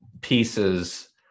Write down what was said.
pieces